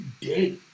day